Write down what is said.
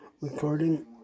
recording